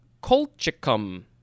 colchicum